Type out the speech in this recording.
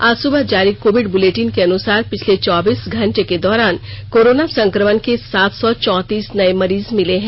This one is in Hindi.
आज सुबह जारी कोविड बुलेटिन के अनुसार पिछले चौबीस घंटे के दौरान कोरोना संक्रमण के सात सौ चौंतीस नये मरीज मिले हैं